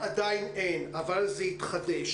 שמענו על הבעיה ושמענו גם שאין איתם שום הידברות.